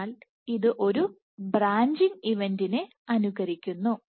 അതിനാൽ ഇത് ഒരു ബ്രാഞ്ചിംഗ് ഇവന്റിനെ അനുകരിക്കുന്നു